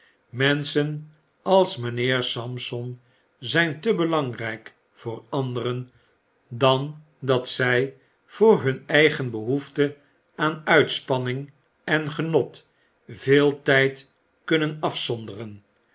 menschen als mijnheer sampson zijn te belangrijk voor anderen dan dat zij voor hun eigen behoefte aan uitspanning en genot veel tijd kunnen afzonderen